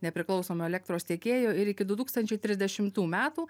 nepriklausomo elektros tiekėjo ir iki du tūkstančiai trisdešimtų metų